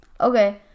Okay